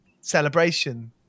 celebration